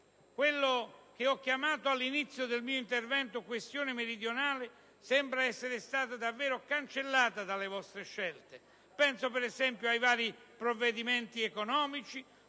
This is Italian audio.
Quella che ho chiamato all'inizio del mio intervento "questione meridionale" sembra essere stata davvero cancellata dalle vostre scelte. Penso, per esempio, ai vari provvedimenti economici